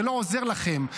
זה לא עוזר לכם.